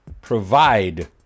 Provide